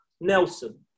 Nelson